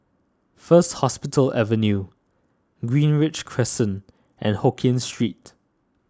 First Hospital Avenue Greenridge Crescent and Hokkien Street